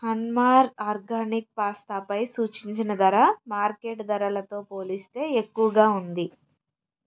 హన్మార్ organic pasta పై సూచించిన ధర మార్కెట్ ధరలతో పోలిస్తే ఎక్కువగా ఉంది